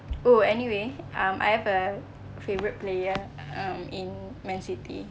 oo anyway um I have a favourite player um in man city